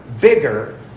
bigger